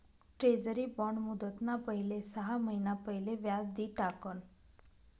treasury bond मुदतना पहिले सहा महिना पहिले व्याज दि टाकण